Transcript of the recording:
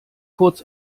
kurz